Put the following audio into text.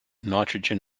nitrogen